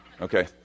Okay